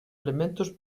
elementos